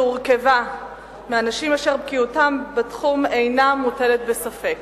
שהורכבה מאנשים אשר בקיאותם בתחום אינה מוטלת בספק,